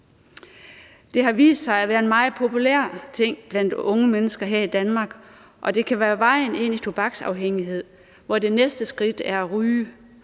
Det har vist sig at være en meget populær ting blandt unge mennesker her i Danmark, og det kan være vejen ind i tobaksafhængighed, hvor det næste skridt er at ryge.